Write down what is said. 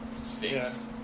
six